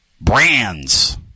brands